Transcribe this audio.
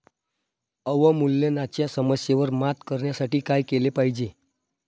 अवमूल्यनाच्या समस्येवर मात करण्यासाठी काय केले पाहिजे?